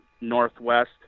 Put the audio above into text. northwest